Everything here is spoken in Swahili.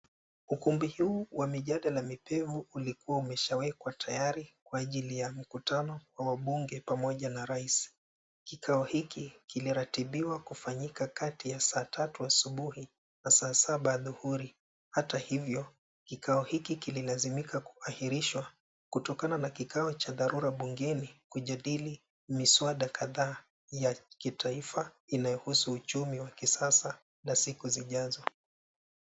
Ukumbi huu wa mijadala mipevu ulikua umeshawekwa tayari kwa ajili ya mkutano wa wabunge pamoja na rais. Kikao hiki kimeratibiwa kufanyika kati ya saa tatu asubuhi na saa saba adhuhuri. Hata hivyo, kikao hiki kililazimika kuhairishwa kutokana na kikao cha dharura bungeni ya kujadili miswada kadhaa ya kitaifa, inayohusu uchumi wa kisasa na kuzijaza.